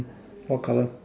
what colour